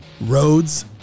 Roads